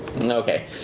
Okay